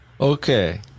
Okay